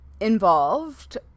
Involved